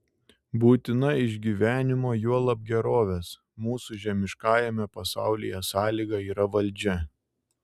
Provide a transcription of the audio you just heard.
būtina išgyvenimo juolab gerovės mūsų žemiškajame pasaulyje sąlyga yra valdžia